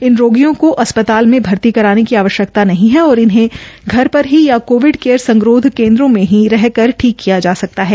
इन रोगियों को अस्प्ताल में भर्ती कराने की आवश्यकता नहीं है और इन्हें घर पर ही या कोविड केयर संगरोध केन्द्रों मे ही रहकर ठीक किया जा सकता है